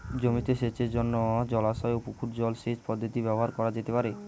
জমিতে সেচের জন্য জলাশয় ও পুকুরের জল সেচ পদ্ধতি ব্যবহার করা যেতে পারে?